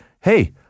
hey –